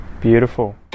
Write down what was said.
Beautiful